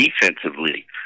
defensively